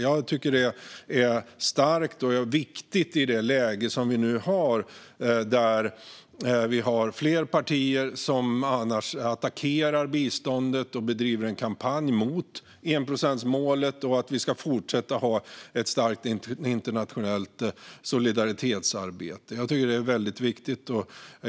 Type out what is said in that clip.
Jag tycker att detta är starkt och viktigt i det läge som vi nu har, där flera partier attackerar biståndet och bedriver en kampanj mot enprocentsmålet och mot att vi ska fortsätta att ha ett starkt internationellt solidaritetsarbete. Jag tycker att det är väldigt viktigt.